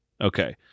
Okay